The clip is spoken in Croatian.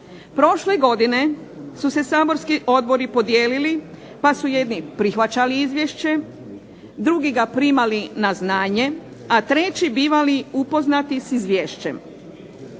Prošle godine su se saborski odbori podijelili pa su jedni prihvaćali izvješće, drugi ga primali na znanje, a treći bivali upoznati s izvješćem.